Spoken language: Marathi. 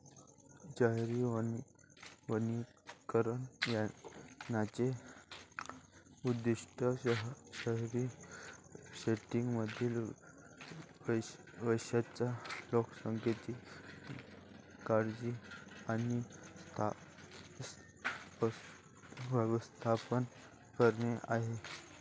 शहरी वनीकरणाचे उद्दीष्ट शहरी सेटिंग्जमधील वृक्षांच्या लोकसंख्येची काळजी आणि व्यवस्थापन करणे आहे